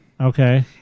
Okay